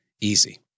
easy